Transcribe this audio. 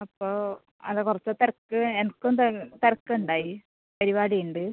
അപ്പോൾ അത് കുറച്ച് തിരക്ക് എനിക്കും തിരക്ക് ഉണ്ടായി പരിപാടി ഇണ്ട്